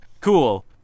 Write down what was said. Cool